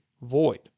Void